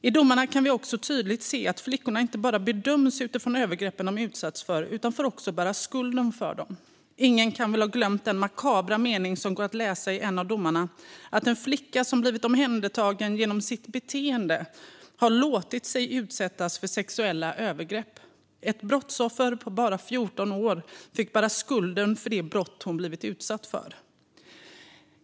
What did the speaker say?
I domarna kan vi också tydligt se att flickorna inte bara bedöms utifrån övergreppen de utsatts för utan också får bära skulden för dem. Ingen kan väl ha glömt den makabra mening som går att läsa i en av domarna om en flicka som blivit omhändertagen: "Genom sitt beteende har hon låtit sig utsättas för sexuella övergrepp." Ett brottsoffer på bara 14 år fick bära skulden för det brott hon blivit utsatt för.